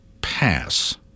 pass